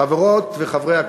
חברות וחברי הכנסת,